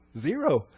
Zero